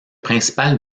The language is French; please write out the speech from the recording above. principal